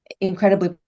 incredibly